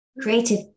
creative